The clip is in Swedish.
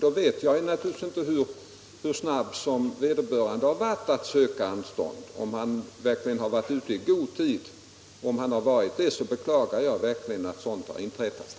Jag vet naturligtvis inte hur snabb vederbörande varit att söka anstånd. Har han varit ute i god tid beklagar jag verkligen det inträffade.